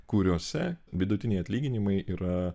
kuriose vidutiniai atlyginimai yra